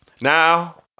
now